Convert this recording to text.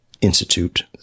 institute